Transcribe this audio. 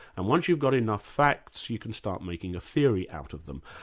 and once you've got enough facts, you can start making a theory out of them.